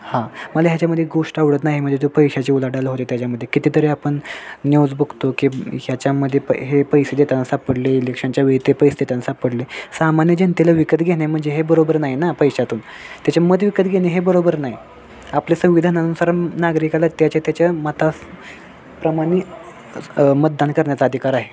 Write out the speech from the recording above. हां मला ह्याच्यामध्ये गोष्ट आवडत नाही म्हणजे जी पैशाची उलाढाल होते त्याच्यामध्ये कितीतरी आपण न्यूज बघतो की याच्यामध्ये पै हे पैसे देताना सापडले इलेक्शनच्या वेळी ते पैसे देताना सापडले सामान्य जनतेला विकत घेणे म्हणजे हे बरोबर नाही ना पैशातून त्याचे मत विकत घेणे हे बरोबर नाही आपल्या संविधानानुसार नागरिकाला त्याच्या त्याच्या मता प्रमाणे मतदान करण्याचा अधिकार आहे